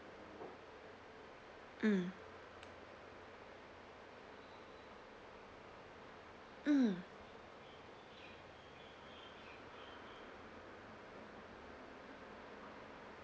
mm mm